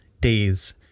days